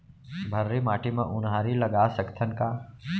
भर्री माटी म उनहारी लगा सकथन का?